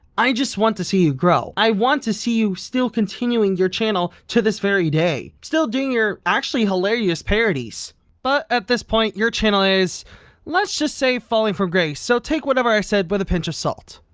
i just want to see you grow i want to see you still continuing your channel to this very day. still doing your actually hilarious parodies but at this point your channel is let's just say falling for grace. so take whatever i said with a pinch of salt